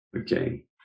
okay